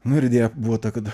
nu ir idėja buvo ta kad